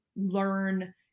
learn